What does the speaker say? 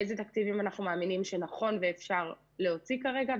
איזה תקציבים אנחנו מאמינים שנכון ואפשר להוציא כרגע,